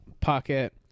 pocket